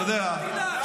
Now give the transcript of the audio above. אתה יודע,